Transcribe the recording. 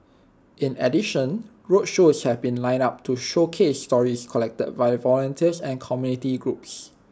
in addition roadshows have been lined up to showcase stories collected by volunteers and community groups